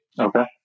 okay